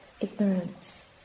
ignorance